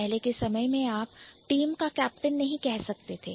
पहले के समय में आप Team टीम का कैप्टन नहीं कह सकते थे